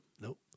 Nope